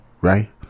right